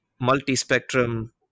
multi-spectrum